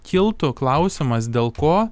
kiltų klausimas dėl ko